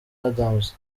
adams